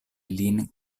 lin